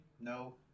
no